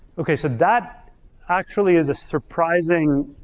okay, so that actually is a surprising,